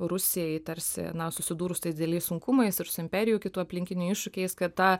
rusijai tarsi na susidūrus tais dideliais sunkumais ir su imperijų kitų aplinkinių iššūkiais kad ta